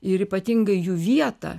ir ypatingai jų vietą